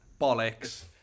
bollocks